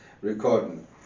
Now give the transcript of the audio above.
recording